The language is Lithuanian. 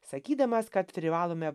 sakydamas kad privalome